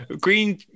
green